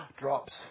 drops